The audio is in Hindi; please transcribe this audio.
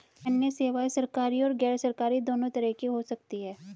अन्य सेवायें सरकारी और गैरसरकारी दोनों तरह की हो सकती हैं